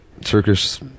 Turkish